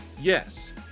Yes